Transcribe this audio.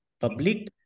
public